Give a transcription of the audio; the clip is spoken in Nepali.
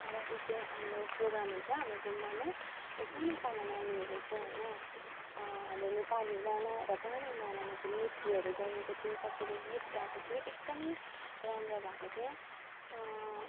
राति चाहिँ हाम्रो प्रोग्राम हुन्छ हाम्रो गुम्बामा र सानो सानो नानीहरू चाहिँ होइन हाम्रो नेपाली गाना र तामाङ गानामा चाहिँ नृत्यहरू गरेको थियो कसैले गीत गाएको थियो एकदमै राम्रो भएको थियो